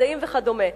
מדעים וכדומה,